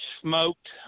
smoked